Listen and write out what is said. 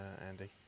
Andy